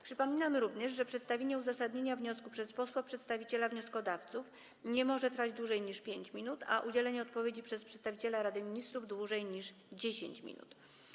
Przypominam również, że przedstawienie uzasadnienia wniosku przez posła przedstawiciela wnioskodawców nie może trwać dłużej niż 5 minut, a udzielenie odpowiedzi przez przedstawiciela Rady Ministrów - dłużej niż 10 minut.